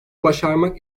başarmak